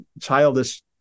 childish